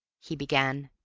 he began.